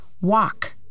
Walk